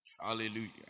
Hallelujah